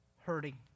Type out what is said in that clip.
hurting